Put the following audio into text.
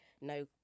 No